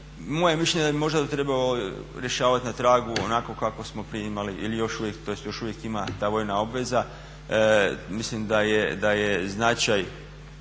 je mišljenje da bi možda trebalo rješavati na tragu onako kako smo prije imali ili još uvijek, tj. još uvijek ima ta vojna obveza. Mislim da je značaj